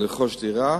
לרכוש דירה,